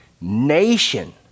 nation